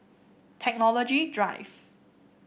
Technology Drive